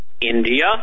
India